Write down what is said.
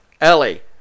Ellie